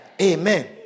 amen